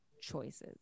choices